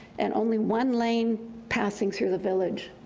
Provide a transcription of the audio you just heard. and only one lane passing through the village.